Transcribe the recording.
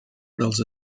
dels